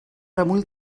remull